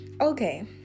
okay